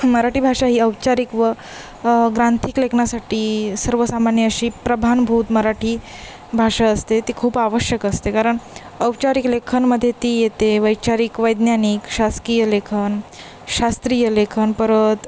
मराठी भाषा ही औपचारिक व ग्रांथिक लेखनासाठी सर्वसामान्य अशी प्रमाणभूत मराठी भाषा असते ती खूप आवश्यक असते कारण औपचारिक लेखनामध्ये ती येते वैचारिक वैज्ञानिक शासकीय लेखन शास्त्रीय लेखन परत